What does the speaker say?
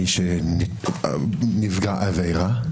מי שנפגע עבירה,